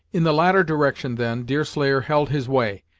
in the latter direction, then, deerslayer held his way,